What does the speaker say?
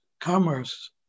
commerce